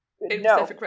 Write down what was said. No